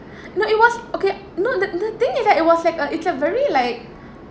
no it was okay no the the thing is that it was like a it's a very like